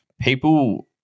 people